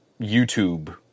YouTube